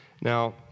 Now